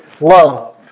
love